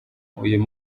uyu